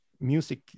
music